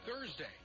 Thursday